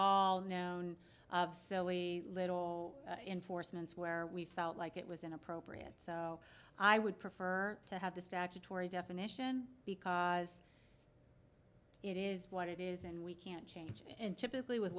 known little enforcements where we felt like it was inappropriate so i would prefer to have the statutory definition because it is what it is and we can't change and typically with